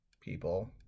people